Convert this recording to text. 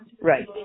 Right